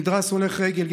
נדרס הולך רגל,